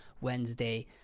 Wednesday